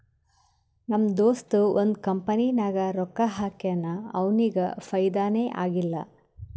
ನಮ್ ದೋಸ್ತ ಒಂದ್ ಕಂಪನಿನಾಗ್ ರೊಕ್ಕಾ ಹಾಕ್ಯಾನ್ ಅವ್ನಿಗ ಫೈದಾನೇ ಆಗಿಲ್ಲ